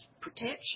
Protection